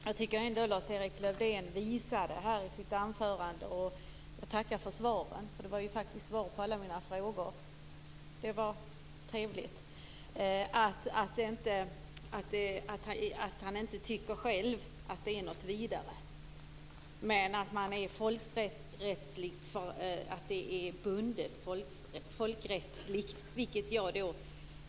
Herr talman! Jag tackar Lars-Erik Lövdén för svaren, det var faktiskt svar på alla mina frågor. Det var trevligt. Han visade i sitt anförande att han inte tycker själv att det här är något vidare men att det är folkrättsligt bundet.